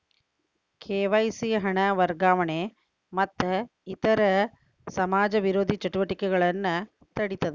KYC ಹಣ ವರ್ಗಾವಣೆ ಮತ್ತ ಇತರ ಸಮಾಜ ವಿರೋಧಿ ಚಟುವಟಿಕೆಗಳನ್ನ ತಡೇತದ